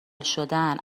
شدن